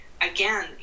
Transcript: again